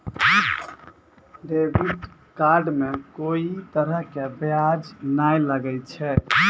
debit card मे कोई तरह के ब्याज नाय लागै छै